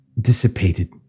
dissipated